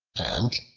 and,